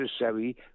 necessary